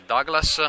Douglas